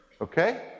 Okay